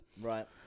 Right